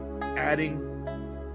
adding